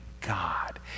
God